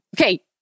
Okay